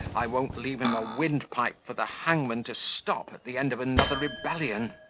i won't leave him a windpipe for the hangman to stop, at the end of another rebellion.